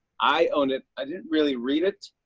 i owned it. i didn't really read it,